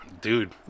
Dude